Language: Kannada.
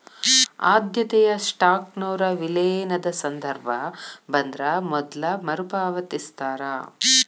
ಆದ್ಯತೆಯ ಸ್ಟಾಕ್ನೊರ ವಿಲೇನದ ಸಂದರ್ಭ ಬಂದ್ರ ಮೊದ್ಲ ಮರುಪಾವತಿಸ್ತಾರ